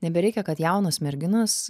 nebereikia kad jaunos merginos